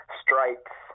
strikes